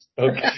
Okay